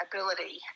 Ability